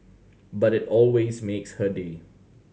but it always makes her day